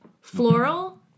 Floral